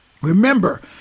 Remember